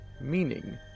meaning